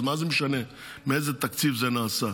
אז מה זה משנה מאיזה תקציב זה נעשה.